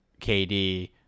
KD